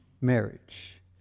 marriage